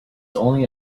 only